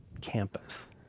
campus